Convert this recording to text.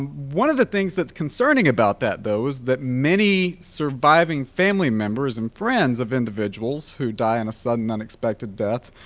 and one of the things that's concerning about that though is that many surviving family members and friends of individuals who die in a sudden unexpected death,